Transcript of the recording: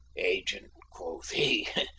agent, quo' he!